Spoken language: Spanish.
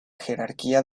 jerarquía